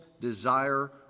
desire